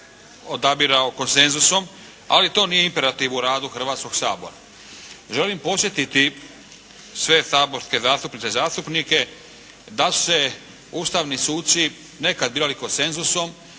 odabirao konsenzusom, ali to nije imperativ u radu Hrvatskoga sabora. Želim podsjetiti sve saborske zastupnice i zastupnike da su se ustavni suci nekada birali konsenzusom,